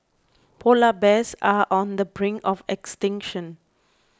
Polar Bears are on the brink of extinction